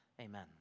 Amen